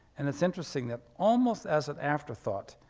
and it's interesting that almost as an afterthought,